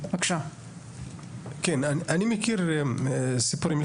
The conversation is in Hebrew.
אני מכיר סיפורים,